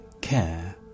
care